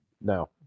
No